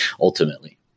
ultimately